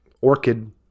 orchid